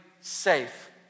safe